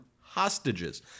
hostages